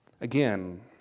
Again